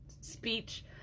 speech